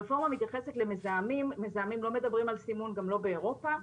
הרפורמה מתייחסת למזהמים מזהמים לא מדברים על סימון גם לא באירופה,